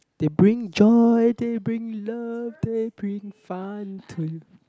they bring joy they bring love they bring fun too